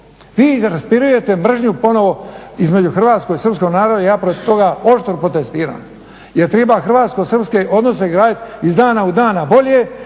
iz raspirujete mržnju ponovo između hrvatskog i srpskog naroda i ja protiv toga oštro protestiram jer treba hrvatsko srpske odnose gradit iz dana u dan na bolje,